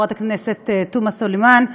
חברת הכנסת תומא סלימאן.